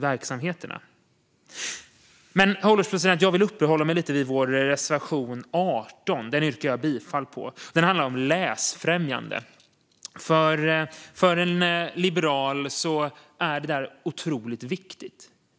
Herr ålderspresident! Jag vill uppehålla mig lite grann vid vår reservation 18, som jag yrkar bifall till. Den handlar om läsfrämjande. För en liberal är detta otroligt viktigt.